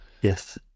Yes